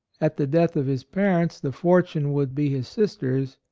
at the death of his parents the fortune would be his sister's,